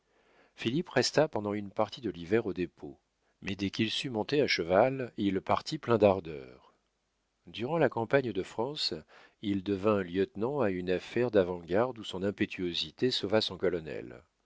philippe resta pendant une partie de l'hiver au dépôt mais dès qu'il sut monter à cheval il partit plein d'ardeur durant la campagne de france il devint lieutenant à une affaire d'avant-garde où son impétuosité sauva son colonel